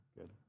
good